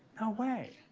no way.